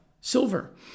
silver